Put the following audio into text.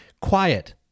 quiet